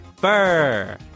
Burr